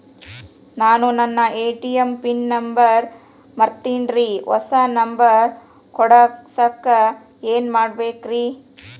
ನಾನು ನನ್ನ ATM PIN number ಮರ್ತೇನ್ರಿ, ಹೊಸಾ ನಂಬರ್ ಕುಡಸಾಕ್ ಏನ್ ಮಾಡ್ಬೇಕ್ರಿ?